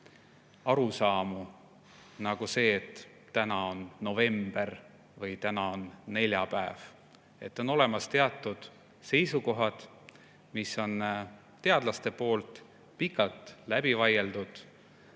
arusaamu nagu see, et täna on november või täna on neljapäev. On olemas teatud seisukohad, mis on teadlastel pikalt läbi vaieldud,